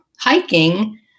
hiking